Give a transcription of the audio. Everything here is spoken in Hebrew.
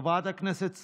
חברת הכנסת סטרוק.